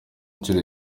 inshuro